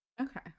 Okay